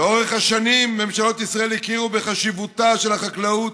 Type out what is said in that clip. לאורך השנים ממשלות ישראל הכירו בחשיבותה של החקלאות